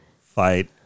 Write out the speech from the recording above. fight